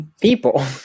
people